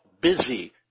busy